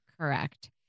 Correct